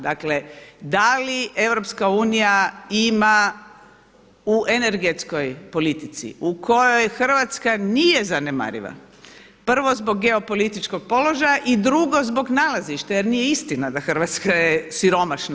Dakle, da li EU ima u energetskoj politici u kojoj Hrvatska nije zanemariva prvo zbog geopolitičkog položaja i drugo zbog nalazišta jer nije istina da Hrvatska je siromašna.